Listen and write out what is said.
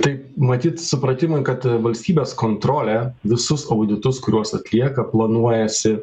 tai matyt supratimui kad valstybės kontrolė visus auditus kuriuos atlieka planuojasi